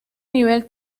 nivel